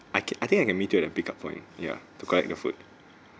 I can I think I can meet up and pick up from him ya to collect the food